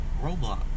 Roblox